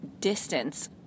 distance